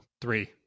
three